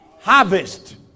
harvest